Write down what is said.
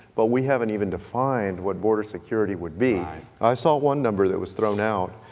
but we haven't even defined what border security would be. i saw one number that was thrown out,